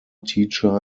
teacher